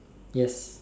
yes